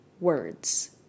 Words